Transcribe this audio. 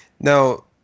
Now